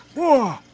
wow.